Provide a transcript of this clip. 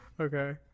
Okay